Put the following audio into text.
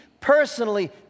personally